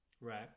Right